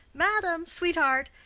madam! sweetheart!